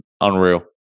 Unreal